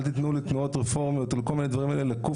אל תיתנו לי תנועות רפורמיות או כל מיני דברים כאלה,